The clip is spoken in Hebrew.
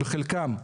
בחלקם,